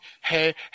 hey